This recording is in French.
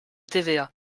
tva